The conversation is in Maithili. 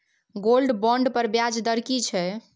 गोल्ड बोंड पर ब्याज दर की छै?